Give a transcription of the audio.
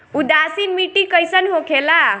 उदासीन मिट्टी कईसन होखेला?